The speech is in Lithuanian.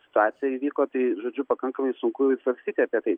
situacija įvyko tai žodžiu pakankamai sunku svarstyti apie tai